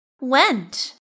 went